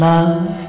Love